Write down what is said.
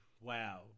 Wow